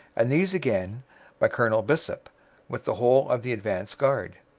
and these again by colonel bisshopp with the whole of the advanced guard.